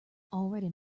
already